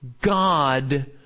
God